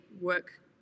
work